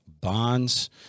bonds